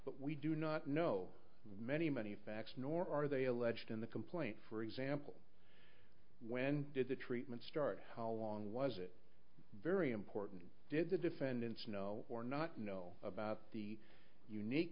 but we do not know why any many facts nor are they alleged in the complaint for example when did the treatment start how long was it very important did the defendants know or not know about the unique